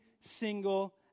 single